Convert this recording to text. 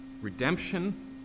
redemption